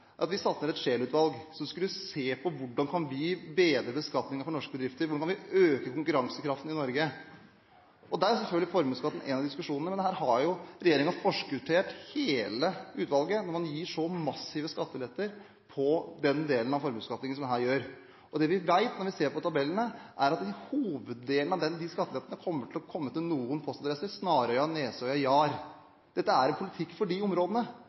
Vi satte ned et utvalg, Scheel-utvalget, som skulle se på hvordan vi kan bedre beskatningen for norske bedrifter, hvordan vi kan øke konkurransekraften i Norge, og der er selvfølgelig formuesskatten en av diskusjonene. Men her har jo regjeringen forskuttert hele utvalget, når man gir så massive lettelser på den delen av formuesbeskatningen som man her gjør. Det vi vet når vi ser på tabellene, er at hoveddelen av de skattelettene kommer til å komme til noen postadresser – Snarøya og Nesøya og Jar. Dette er en politikk for de områdene.